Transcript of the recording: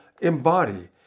embody